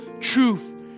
truth